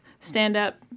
stand-up